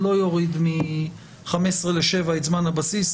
לא יוריד מ-15 ל-7 את זמן הבסיס.